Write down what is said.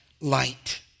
light